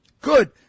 Good